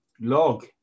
log